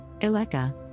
Eleka